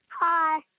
Hi